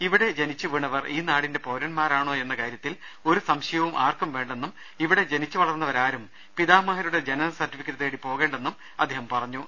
ഇവിടെ ജനിച്ചുവീണവർ ഈനാടിന്റെ പൌരൻമാരാണോയെന്ന കാര്യത്തിൽ ഒരു സംശയവും ആർക്കും വേണ്ടെന്നും ഇവിടെ ജനിച്ചു വളർന്നവരാരും പിതാമഹരുടെ ജനനസർട്ടിഫിക്കറ്റ് തേടി പോകേണ്ടെന്നും അദ്ദേഹം പറഞ്ഞു